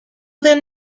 then